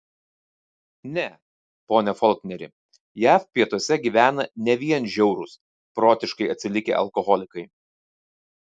ne pone folkneri jav pietuose gyvena ne vien žiaurūs protiškai atsilikę alkoholikai